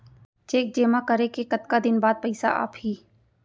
Cheque जेमा करे के कतका दिन बाद पइसा आप ही?